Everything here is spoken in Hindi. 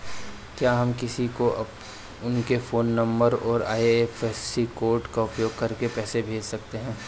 क्या हम किसी को उनके फोन नंबर और आई.एफ.एस.सी कोड का उपयोग करके पैसे कैसे भेज सकते हैं?